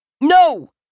No